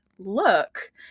look